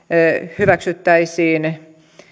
hyväksyttäisiin